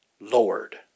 Lord